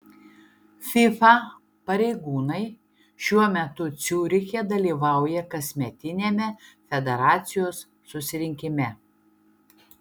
fifa pareigūnai šiuo metu ciuriche dalyvauja kasmetiniame federacijos susirinkime